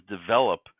develop